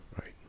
Right